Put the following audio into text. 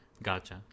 Gotcha